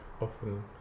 often